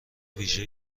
ویژه